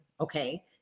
Okay